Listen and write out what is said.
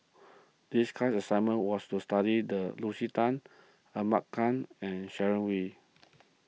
this class assignment was to study the Lucy Tan Ahmad Khan and Sharon Wee